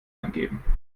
eingeben